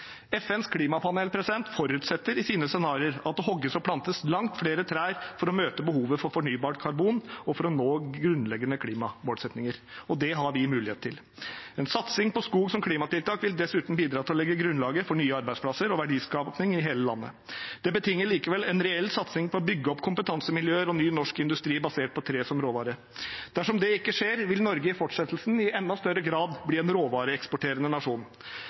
FNs klimapanel forutsetter i sine scenarioer at det hogges og plantes langt flere trær for å møte behovet for fornybart karbon og for å nå grunnleggende klimamålsettinger. Det har vi mulighet til. En satsing på skog som klimatiltak vil dessuten bidra til å legge grunnlaget for nye arbeidsplasser og verdiskaping i hele landet. Det betinger likevel en reell satsing på å bygge opp kompetansemiljøer og ny norsk industri basert på tre som råvare. Dersom det ikke skjer, vil Norge i fortsettelsen i enda større grad bli en råvareeksporterende nasjon.